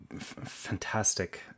Fantastic